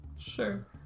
Sure